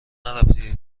نرفتی